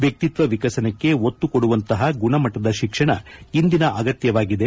ವ್ಯಕ್ತಿತ್ತ ವಿಕಸನಕ್ಕೆ ಒತ್ತು ಕೊಡುವಂತಹ ಗುಣಮಟ್ಟದ ಶಿಕ್ಷಣ ಇಂದಿನ ಅಗತ್ಯವಾಗಿದೆ